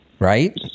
right